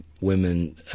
women